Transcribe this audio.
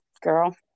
Girl